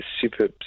super